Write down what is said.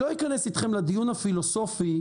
לא אכנס אתכם לדיון הפילוסופי,